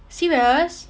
serious